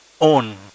own